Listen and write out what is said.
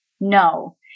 no